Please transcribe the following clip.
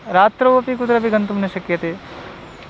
रात्रौ अपि कुत्रपि गन्तुं न शक्यते